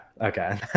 okay